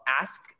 ask